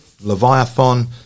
Leviathan